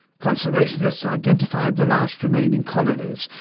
conservationists identified the last remaining colonies,